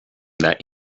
that